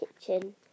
kitchen